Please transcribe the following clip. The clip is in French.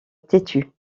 têtu